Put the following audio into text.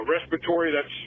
Respiratory—that's